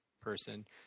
person